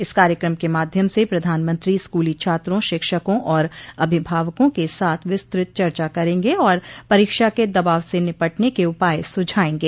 इस कार्यक्रम के माध्यम से प्रधानमंत्री स्कूली छात्रों शिक्षकों और अभिभावकों के साथ विस्तृत चर्चा करेंगे और परीक्षा के दबाव से निपटने के उपाय सुझाएंगे